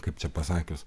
kaip čia pasakius